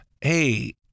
hey